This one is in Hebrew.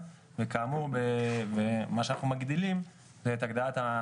אני חושב שבכל מקרה אנחנו מבחינתנו